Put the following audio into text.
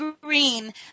green